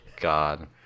God